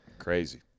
crazy